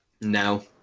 No